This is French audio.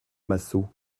massot